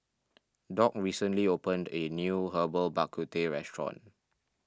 Doc recently opened a new Herbal Bak Ku Teh restaurant